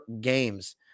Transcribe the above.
games